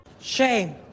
shame